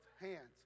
hands